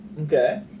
Okay